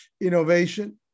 innovation